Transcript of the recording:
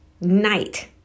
night